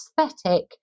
aesthetic